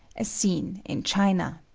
as seen in china.